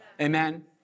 Amen